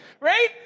Right